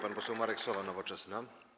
Pan poseł Marek Sowa, Nowoczesna.